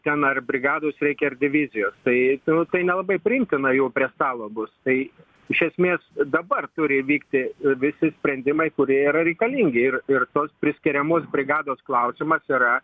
ten ar brigados reikia ar divizijos tai tai nelabai priimtina jau prie stalo bus tai iš esmės dabar turi vykti visi sprendimai kurie yra reikalingi ir ir tos priskiriamos brigados klausimas yra